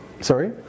Sorry